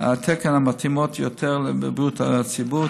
התקן המתאימות יותר לבריאות הציבור,